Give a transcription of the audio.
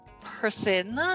Person